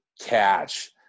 catch